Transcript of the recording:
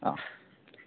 অঁ